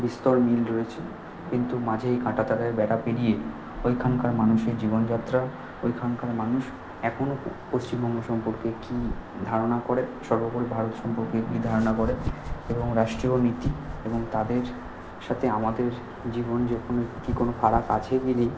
বিস্তর মিল রয়েছে কিন্তু মাঝে এই কাঁটা তারের বেড়া পেরিয়ে ওইখানকার মানুষের জীবনযাত্রা ওইখানকার মানুষ এখনও পশ্চিমবঙ্গ সম্পর্কে কী ধারণা করে সর্বোপরি ভারত সম্পর্কে কী ধারণা করে এবং রাষ্ট্রীয় নীতি এবং তাদের সাতে আমাদের জীবন যখন কি কোনো ফারাক আছে কি নেই